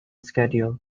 schedule